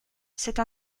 cette